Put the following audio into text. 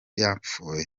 yapfuye